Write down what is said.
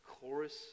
chorus